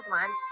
one